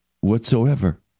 whatsoever